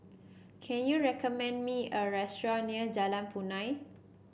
can you recommend me a restaurant near Jalan Punai